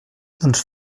doncs